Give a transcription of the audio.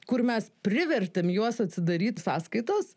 kur mes privertėm juos atsidaryt sąskaitas